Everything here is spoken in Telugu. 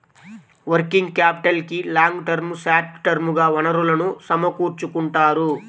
వర్కింగ్ క్యాపిటల్కి లాంగ్ టర్మ్, షార్ట్ టర్మ్ గా వనరులను సమకూర్చుకుంటారు